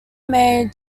made